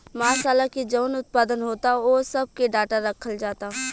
मासाला के जवन उत्पादन होता ओह सब के डाटा रखल जाता